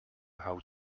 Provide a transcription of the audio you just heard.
how